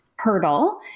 hurdle